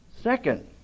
Second